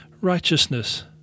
righteousness